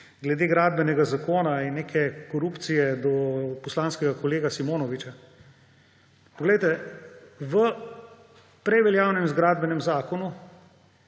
glede Gradbenega zakona in neke korupcije do poslanskega kolega Simonoviča. V prej veljavnem gradbenem zakonu